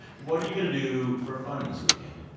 what are you going to do for fun this weekend?